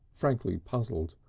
frankly puzzled.